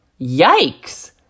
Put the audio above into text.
Yikes